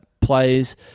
plays